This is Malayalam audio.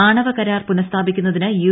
ആണവ കരാർ പുനസ്ഥാപിക്കുന്നതിന് യു